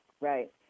right